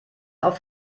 auf